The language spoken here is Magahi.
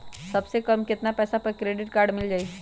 सबसे कम कतना पैसा पर क्रेडिट काड मिल जाई?